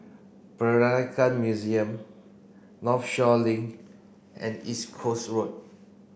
Peranakan Museum Northshore Link and Coast Road